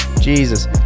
Jesus